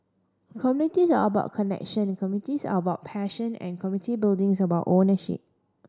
community are about connection communities are about passion and community building is about ownership